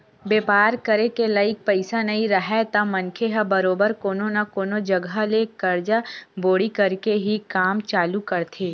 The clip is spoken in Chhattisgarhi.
बेपार करे के लइक पइसा नइ राहय त मनखे ह बरोबर कोनो न कोनो जघा ले करजा बोड़ी करके ही काम चालू करथे